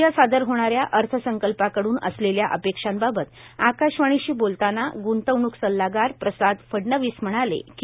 उद्या सादर होणाऱ्या अर्थसंकल्पाकडून असलेल्या अपेक्षाबाबत आकाशवाणीशी बोलताना ग्रंतवणूक सल्लागार प्रसाद फडणवीस म्हणाले कि